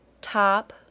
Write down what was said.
Top